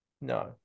No